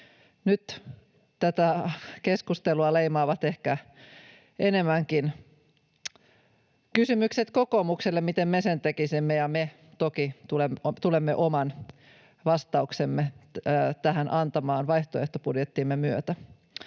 Nyt tätä keskustelua leimaavat ehkä enemmänkin kysymykset kokoomukselle, miten me sen tekisimme, ja me toki tulemme oman vastauksemme tähän antamaan vaihtoehtobudjettimme myötä.